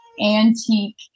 antique